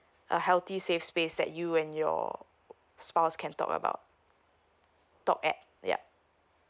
a healthy safe space that you and your spouse can talk about talk at yup